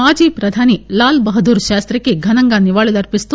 మాజీప్రధాని లాల్బహదూర్ శాస్తికి ఘనంగా నివాళులర్చిస్తూ